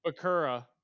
Bakura